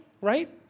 right